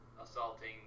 assaulting